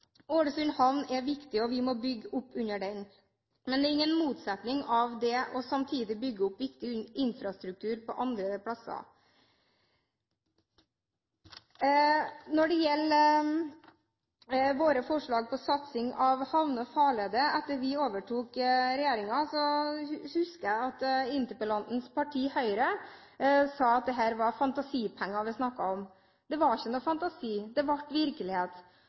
havn er viktig, og vi må bygge opp under den. Men det er ingen motsetninger mellom det og samtidig bygge opp viktig infrastruktur andre steder. Så til våre forslag om satsing på havner og farleder. Etter at vi kom i regjering, husker jeg at interpellantens parti, Høyre, sa at det var fantasipenger vi snakket om. Det var ingen fantasi, det ble virkelighet.